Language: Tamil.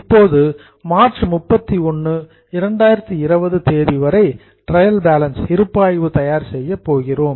இப்போது மார்ச் 31 2020 தேதி வரை ட்ரையல் பேலன்ஸ் இருப்பாய்வு தயார் செய்யப் போகிறோம்